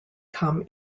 come